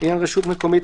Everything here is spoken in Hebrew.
(2)לעניין רשות מקומית,